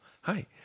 Hi